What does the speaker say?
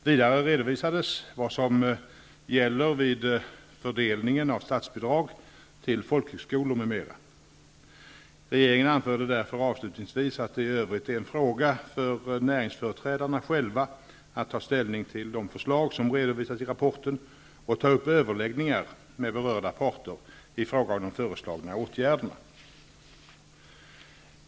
Vidare redovisades vad som gäller vid fördelningen av statsbidrag till folkhögskolor m.m. Regeringen anförde därför avslutningsvis att det i övrigt är en fråga för näringsföreträdarna själva att ta ställning till de förslag som redovisats i rapporten och ta upp överläggningar med berörda parter i fråga om de föreslagna åtgärderna.